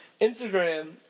Instagram